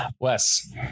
Wes